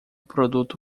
produto